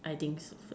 I think so